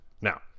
Now